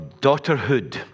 daughterhood